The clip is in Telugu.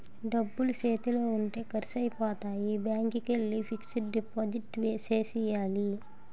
డబ్బులు సేతిలో ఉంటే ఖర్సైపోతాయి బ్యాంకికెల్లి ఫిక్సడు డిపాజిట్ సేసియ్యాల